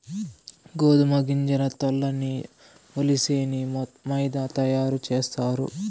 గోదుమ గింజల తోల్లన్నీ ఒలిసేసి మైదా తయారు సేస్తారు